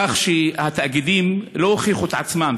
כך שהתאגידים לא הוכיחו את עצמם.